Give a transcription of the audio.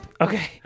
Okay